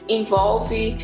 envolve